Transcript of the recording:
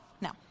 No